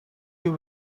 you